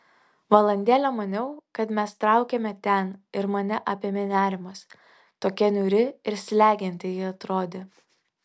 valandėlę maniau kad mes traukiame ten ir mane apėmė nerimas tokia niūri ir slegianti ji atrodė